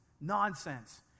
Nonsense